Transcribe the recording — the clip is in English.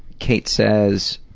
kate says,